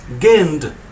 gained